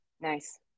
Nice